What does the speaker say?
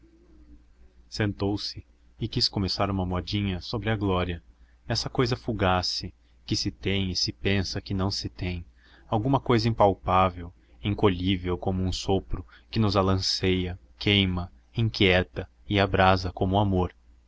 sentou-se e quis começar uma modinha sobre a glória essa cousa fugace que se tem e se pensa que não se tem alguma cousa impalpável incolhível como um sopro que nos alanceia queima inquieta e abrasa como o amor